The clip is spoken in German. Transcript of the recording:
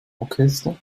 orchester